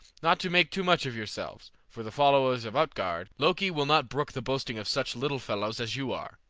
not to make too much of yourselves, for the followers of utgard loki will not brook the boasting of such little fellows as you are.